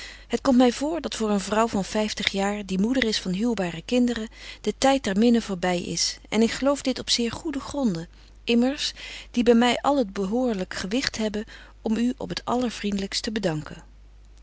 het komt my vr dat voor een vrouw van vyftig jaar die moeder is van huwbare kinderen de tyd der minne voorby is en ik geloof dit op zeer goede gronden immers die by my al het behoorlyk gewigt hebben om u op het allervriendelykst te bedanken